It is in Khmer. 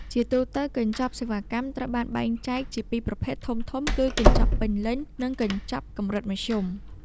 ជាទូទៅ កញ្ចប់សេវាកម្មត្រូវបានបែងចែកជាពីរប្រភេទធំៗ គឺកញ្ចប់ពេញលេញ និងកញ្ចប់កម្រិតមធ្យម។